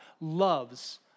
loves